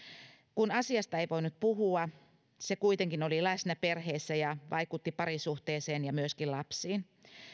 kun asiasta ei voinut puhua se kuitenkin oli läsnä perheessä ja vaikutti parisuhteeseen ja myöskin lapsiin